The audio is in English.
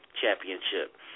Championship